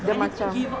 dia macam